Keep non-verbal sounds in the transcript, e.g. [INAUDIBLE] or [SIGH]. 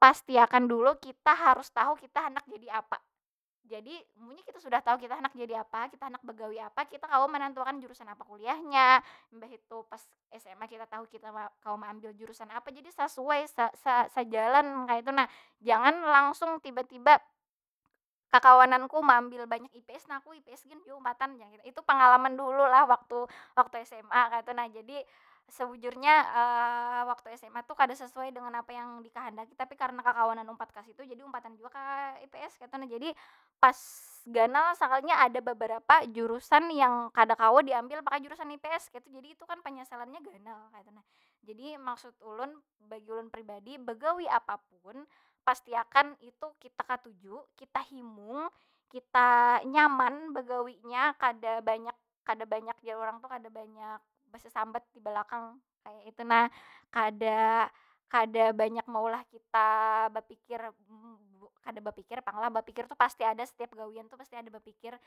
pasti akan dulu kita harus tahu kita handak jadi apa? Jadi munnya kita sudah tahu kita handak jadi apa? Kita handak begawi apa? Kita kawa menantu akan jurusan apa kuliahnya, mbah itu pas sma kita tau kita [HESITATION] kawa maambil jurusan apa? Jadi sasuai sa- sa- sajalan kaytu nah. Jangan langsung tiba- tiba kakawananku maambil banyak ips, nah aku ips gun jua umpatan jar kena. Itu pengalaman dahulu lah, waktu- waktu sma kaytu nah. Jadi, sebujurnya waktu sma tu kada sesuai dengan apa yang dikahandaki. Tapi karena kakawanan umpat ka situ, jadi umpatan jua ka ips kaytu nah. Jadi, pas ganal sakalinya ada babarapa jurusan yang kada kawa diambil pakai jurusan ips kaytu. Jadi itukan penyesalannya ganal kaytu nah. Jadi maksud ulun, bagi ulun pribadi bagawi apapun, pasti akan itu kita katuju, kita himung, kita nyaman begawinya. Kada banyak- kada banyak, jar urang tu kada banyak besasambat di belakang, kaya itu nah. Kada- kada banyak maulah kita bapikir [HESITATION] kada bapikir pang lah. Bapikir tu pasti ada, dalam satiap gawian tu pasti ada bapikir.